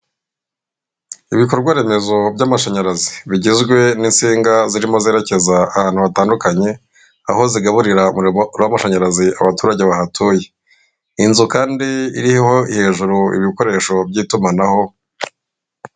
Ibikorwaremezo by'amashanyarazi bigezwe n'insinga zirimo zerekeza ahantu hatandukanye aho zigaburira umuriro w'amashanyarazi abaturage bahatuye inzu kandi iriho hejuru ibikoresho by'itumanaho.